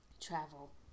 travel